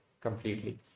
Completely